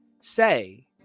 say